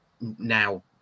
now